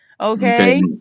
Okay